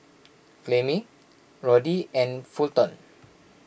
Clemmie Roddy and Fulton